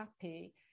happy